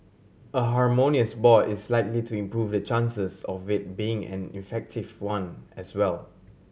a harmonious board is likely to improve the chances of it being an effective one as well